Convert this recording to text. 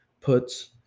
puts